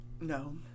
No